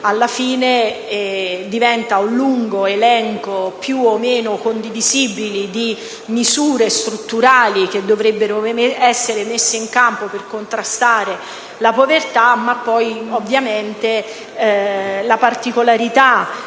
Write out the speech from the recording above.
alla fine un lungo elenco, più o meno condivisibile, di misure strutturali che dovrebbero essere messe in campo per contrastare la povertà, ma viene meno la particolarità